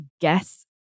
guess